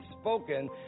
spoken